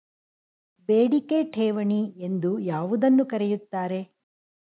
ಬೇಡಿಕೆ ಠೇವಣಿ ಎಂದು ಯಾವುದನ್ನು ಕರೆಯುತ್ತಾರೆ?